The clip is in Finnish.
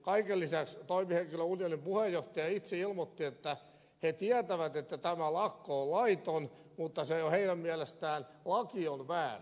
kaiken lisäksi toimihenkilöunionin puheenjohtaja itse ilmoitti että he tietävät että tämä lakko on laiton mutta heidän mielestään laki on väärä